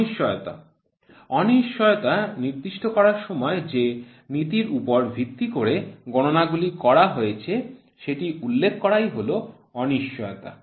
অনিশ্চয়তা অনিশ্চয়তা নির্দিষ্ট করার সময় যে নীতির উপর ভিত্তি করে গণনা গুলি করা হয়েছে সেটি উল্লেখ করাই হল অনিশ্চয়তা